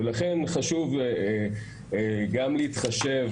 ולכן חשוב גם להתחשב